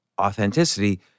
authenticity